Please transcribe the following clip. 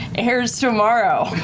airs tomorrow.